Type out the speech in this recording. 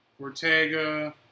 Ortega